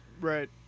Right